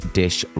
dish